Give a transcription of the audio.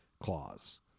clause